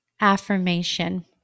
affirmation